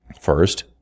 First